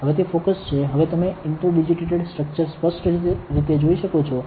હવે તે ફોકસ છે હવે તમે ઇન્ટર ડિજિટેટેડ સ્ટ્રક્ચર સ્પષ્ટ રીતે જોઈ શકો છો